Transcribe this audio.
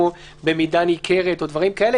כמו "במידה ניכרת" או דברים כאלה,